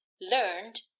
learned